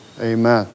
amen